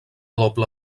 doble